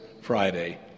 Friday